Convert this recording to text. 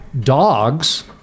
Dogs